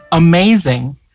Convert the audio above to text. Amazing